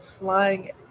lying